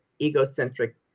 egocentric